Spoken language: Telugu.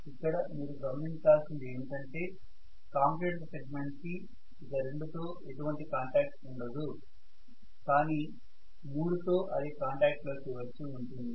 ఇక్కడ మీరు గమనించాల్సింది ఏమంటే కామ్యుటేటర్ సెగ్మెంట్ కి ఇక 2 తో ఎటువంటి కాంటాక్ట్ ఉండదు కానీ 3 తో అది కాంటాక్ట్ లోకి వచ్చి ఉంటుంది